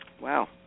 wow